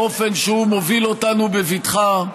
באופן שבו הוא מוביל אותנו בבטחה,